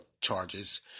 charges